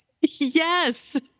Yes